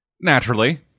Naturally